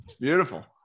Beautiful